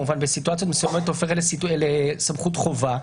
במצבים מסוימים הופכת לסמכות חובה,